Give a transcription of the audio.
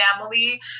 family